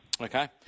Okay